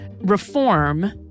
reform